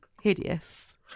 Hideous